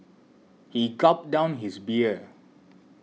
he gulped down his beer